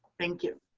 thank you.